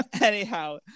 anyhow